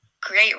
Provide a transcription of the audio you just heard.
great